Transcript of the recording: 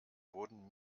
wurden